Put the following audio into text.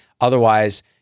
Otherwise